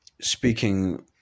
Speaking